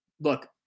look